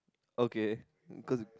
okay cause